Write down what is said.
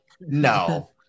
No